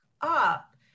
up